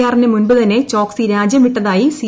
ആറിന് മുമ്പ് തന്നെ ചോക്സി രാജ്യം വിട്ടതായി സി